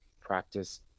practice